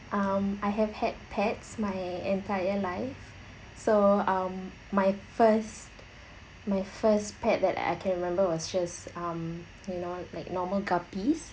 um I have had pets my entire life so um my first my first pet that I can remember was just um you know like normal guppies